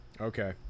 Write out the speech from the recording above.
okay